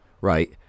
right